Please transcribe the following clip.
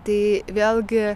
tai vėlgi